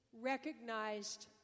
recognized